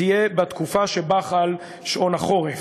תהיה בתקופה שבה חל שעון החורף.